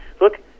Look